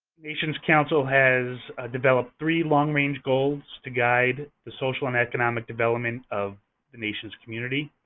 nation's council has developed three long-range goals to guide the social and economic development of the nation's community.